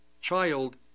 child